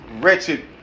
wretched